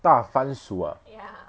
大番薯 ah